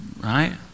Right